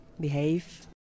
behave